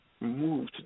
move